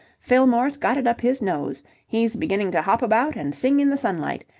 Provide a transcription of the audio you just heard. fillmore's got it up his nose. he's beginning to hop about and sing in the sunlight.